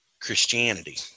Christianity